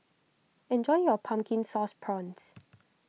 enjoy your Pumpkin Sauce Prawns